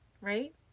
right